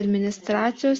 administracijos